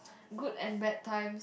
good and bad times